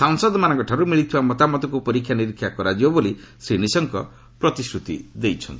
ସାଂସଦମାନଙ୍କଠାରୁ ମିଳିଥିବା ମତାମତକୁ ପରୀକ୍ଷା ନିରୀକ୍ଷା କରାଯିବ ବୋଲି ଶ୍ରୀ ନିଶଙ୍କ ପ୍ରତିଶ୍ରତି ଦେଇଛନ୍ତି